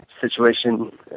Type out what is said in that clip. situation